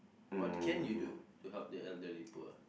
what can you do to help the elderly poor